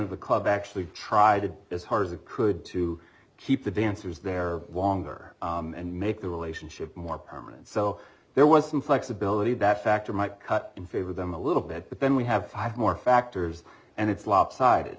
of the club actually tried as hard as it could to keep the dancers there longer and make the relationship more permanent so there was some flexibility that factor might cut in favor them a little bit but then we have five more factors and it's lopsided